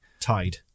tide